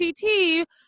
CT